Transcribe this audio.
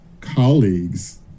colleagues